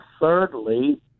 Thirdly